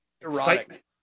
Erotic